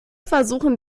versuchen